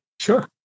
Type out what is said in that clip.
sure